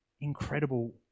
incredible